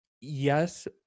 yes